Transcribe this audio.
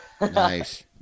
Nice